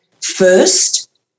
first